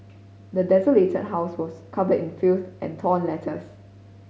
the desolated house was covered in filth and torn letters